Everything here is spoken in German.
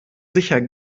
sicher